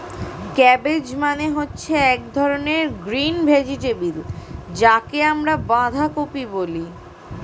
cabbage মানে হচ্ছে এক ধরনের গ্রিন ভেজিটেবল যাকে আমরা বাঁধাকপি বলি